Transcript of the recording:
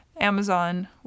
Amazon